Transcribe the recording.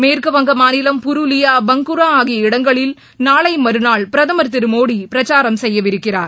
மேற்கு வங்கம் மாநிலம் புருலியா பங்குரா ஆகிய இடங்களில் நாளை மறுநாள் பிரதமர் திரு மோடி பிரச்சாரம் செய்யவிருக்கிறார்